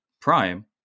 prime